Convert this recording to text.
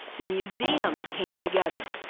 the museums came together,